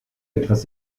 etwas